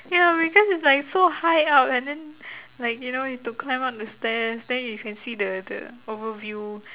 ya because is like so high up and then like you know need to climb up the stairs then you can see the the overview